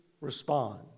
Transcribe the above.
respond